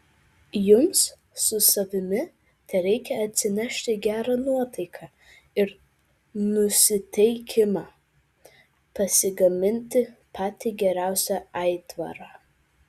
jums su savimi tereikia atsinešti gerą nuotaiką ir nusiteikimą pasigaminti patį geriausią aitvarą